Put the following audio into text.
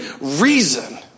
reason